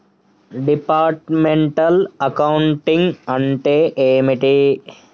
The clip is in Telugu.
డిపార్ట్మెంటల్ అకౌంటింగ్ అంటే ఏమిటి?